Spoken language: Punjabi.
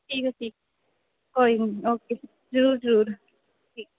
ਕੋਈ ਨਹੀਂ ਓਕੇ ਜ਼ਰੂਰ ਜ਼ਰੂਰ ਠੀਕ